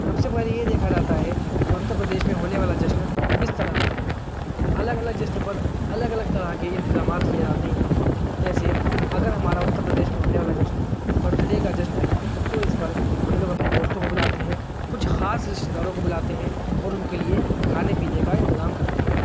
سب سے پہلے یہ دیکھا جاتا ہے کہ اترپردیش میں ہونے والا جشن کس طرح کا ہے الگ الگ جشن پر الگ الگ طرح کے انتظامات کیے جاتے ہیں جیسے اگر ہمارا اترپردیش میں ہونے والا جشن برتھ ڈے کا جشن ہے تو اس پر ہم لوگ اپنے دوستوں کو بلاتے ہیں کچھ خاص رشتے داروں کو بلاتے ہیں اور ان کے لیے کھانے پینے کا انتظام کرتے ہیں